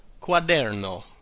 quaderno